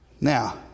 Now